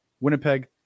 Winnipeg